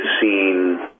seen